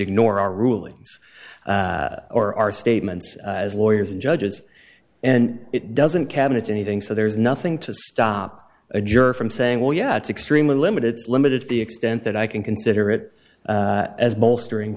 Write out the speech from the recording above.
ignore our rulings or our statements as lawyers and judges and it doesn't cabinets anything so there's nothing to stop a juror from saying well yeah it's extremely limited it's limited to the extent that i can consider it as bolstering